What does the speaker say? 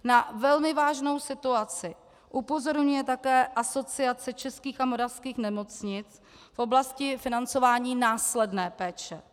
Na velmi vážnou situaci upozorňuje také Asociace českých a moravských nemocnic v oblasti financování následné péče.